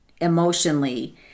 emotionally